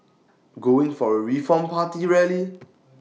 going for A reform party rally